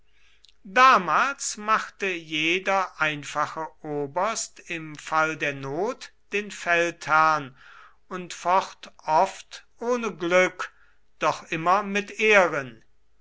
damals machte jeder einfache oberst im fall der not den feldherrn und focht oft ohne glück doch immer mit ehren